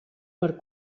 per